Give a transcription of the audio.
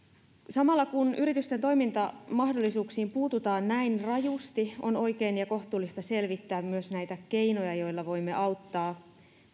samalla kun yritysten toimintamahdollisuuksiin puututaan näin rajusti on oikein ja kohtuullista selvittää myös keinoja joilla voimme auttaa